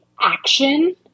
action